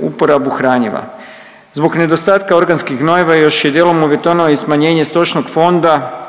uporabu hranjiva. Zbog nedostatka organskih gnojiva još je dijelom uvjetovano i smanjenje stočnog fonda